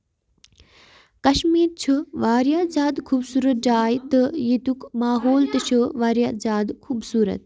کَشمیٖر چھُ واریاہ زیادٕ خوٗبصوٗرت جاے تہٕ ییٚتُکۍ ماحول تہِ چھُ واریاہ زیادٕ خوٗبصوٗرت